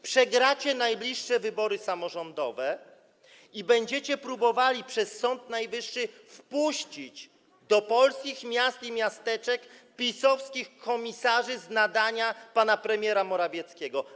Przegracie najbliższe wybory samorządowe i będziecie próbowali przez Sąd Najwyższy wpuścić do polskich miast i miasteczek PiS-owskich komisarzy z nadania pana premiera Morawieckiego.